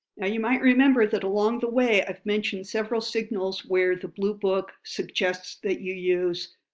now you might remember that along the way, i've mentioned several signals where the bluebook suggests that you use